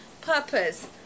purpose